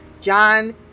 John